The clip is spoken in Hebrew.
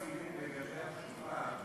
כמה מילים לגבי התשובה להחמרה,